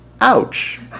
Ouch